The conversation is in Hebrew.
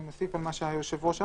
שנוסיף על מה שהיושב-ראש אמר,